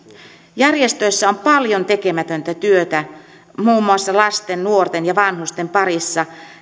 järjestöissä on paljon tekemätöntä työtä muun muassa lasten nuorten ja vanhusten parissa